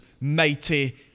mighty